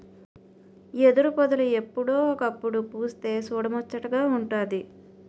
ఎదురుపొదలు ఎప్పుడో ఒకప్పుడు పుస్తె సూడముచ్చటగా వుంటాది